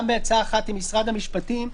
גם בעצה אחת עם משרד המשפטים,